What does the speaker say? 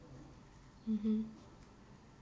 mmhmm